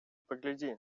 погляди